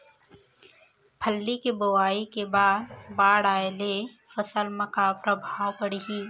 फल्ली के बोआई के बाद बाढ़ आये ले फसल मा का प्रभाव पड़ही?